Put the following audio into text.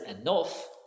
enough